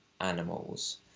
animals